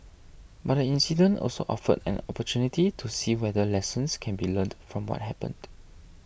but the incident also offered an opportunity to see whether lessons can be learned from what happened